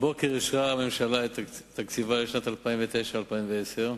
הבוקר אישרה הממשלה את תקציבה לשנים 2009 2010,